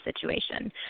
situation